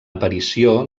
aparició